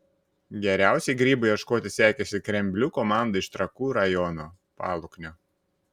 geriausiai grybų ieškoti sekėsi kremblių komandai iš trakų rajono paluknio